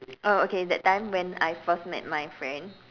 oh okay that time when I first met my friend